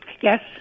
Yes